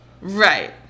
Right